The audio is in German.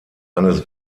eines